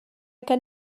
gen